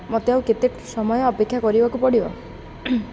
ମତେ ଆଉ କେତେ ସମୟ ଅପେକ୍ଷା କରିବାକୁ ପଡ଼ିବ